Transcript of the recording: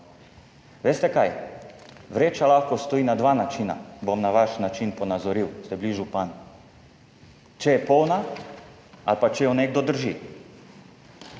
Veste kaj, vreča lahko stoji na dva načina, bom na vaš način ponazoril, ste bili župan, če je polna ali pa če jo nekdo drži.